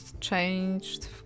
changed